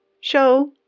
Show